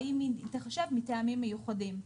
האם היא תיחשב מטעמים מיוחדים,